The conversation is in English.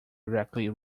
directly